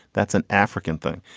that's an african thing.